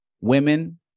Women